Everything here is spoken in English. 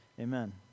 Amen